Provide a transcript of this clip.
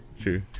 true